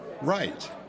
Right